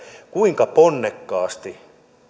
kuinka ponnekkaasti